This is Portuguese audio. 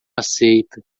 aceita